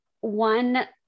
one